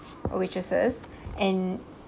or waitresses and